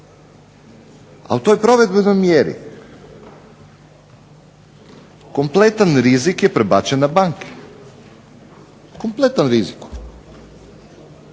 a u toj provedbenoj mjeri kompletan rizik je prebačen na banke, kompletan rizik.